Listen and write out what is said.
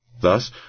Thus